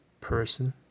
person